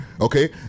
Okay